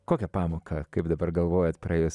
kokią pamoką kaip dabar galvojat praėjus